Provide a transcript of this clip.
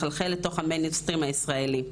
מחלחל לתוך המיין-סטרים הישראלי.